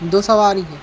दो सवारी के